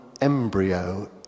embryo